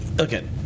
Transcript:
okay